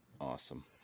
Awesome